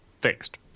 Fixed